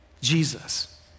Jesus